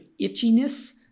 itchiness